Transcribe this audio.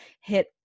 hit